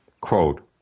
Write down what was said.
Quote